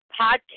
podcast